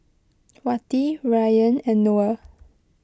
Wati Ryan and Noah